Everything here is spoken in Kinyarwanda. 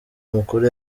mukuru